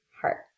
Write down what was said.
heart